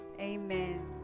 Amen